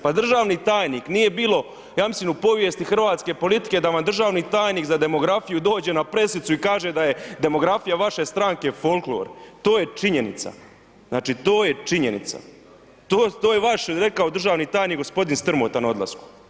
Pa državni tajnik nije bilo ja mislim u povijesti hrvatske politike da vam državni tajnik za demografiju dođe na presicu i kaže da je demografija vaše stranke folklor, to je činjenica, znači to je činjenica, to, to je vaš rekao državni tajnik g. Strmota na odlasku.